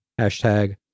hashtag